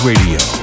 Radio